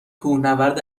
کوهنورد